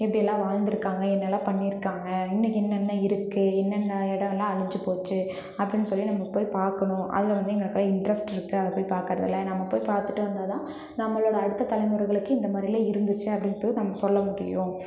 எப்படியெல்லாம் வாழ்த்துருக்காங்க என்னெல்லாம் பண்ணிருக்காங்க இன்னிக்கு என்னென்ன இருக்கு என்னென்ன இடம்லாம் அழிஞ்சு போச்சு அப்படின்னு சொல்லி நம்ப போய் பார்க்கணும் அதில் வந்து எங்களுக்கு இன்ட்ரெஸ்ட் இருக்கு அதை போய் பார்க்குறதுல நம்ம போய் பார்த்துட்டு வந்தால் தான் நம்மளோட அடுத்த தலைமுறைகளுக்கு இந்த மாதிரிலாம் இருந்துச்சு அப்படின்ட்டு நம்ம சொல்ல முடியும்